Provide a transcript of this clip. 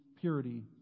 purity